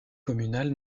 communale